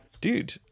dude